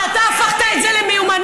אבל אתה הפכת את זה למיומנות.